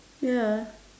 ya